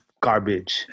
garbage